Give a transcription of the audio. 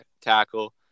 tackle